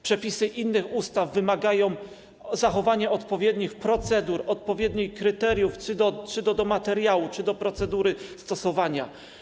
Przepisy innych ustaw wymagają zachowania odpowiednich procedur, odpowiednich kryteriów - czy wobec materiału, czy wobec procedury stosowania.